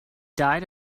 died